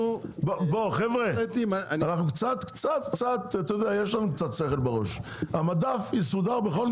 חבר'ה, יש לנו קצת שכל בראש, המדף יסודר בכל מקרה.